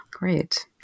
Great